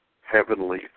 heavenly